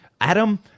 Adam